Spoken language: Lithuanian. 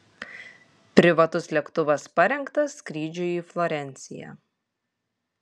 privatus lėktuvas parengtas skrydžiui į florenciją